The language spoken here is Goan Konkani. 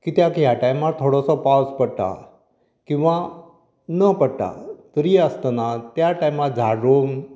कित्याक ह्या टायमार थोडोसो पावस पडटा किंवां न पडटा तरी आसतना त्या टायमार झाड रोवन